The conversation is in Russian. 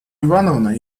ивановна